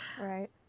right